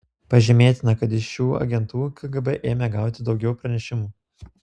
pažymėtina kad iš šių agentų kgb ėmė gauti daugiau pranešimų